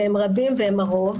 והם רבים והם הרוב,